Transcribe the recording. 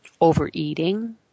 overeating